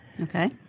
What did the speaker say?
Okay